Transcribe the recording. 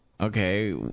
Okay